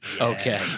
Okay